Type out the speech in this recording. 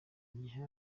gihe